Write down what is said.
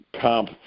comp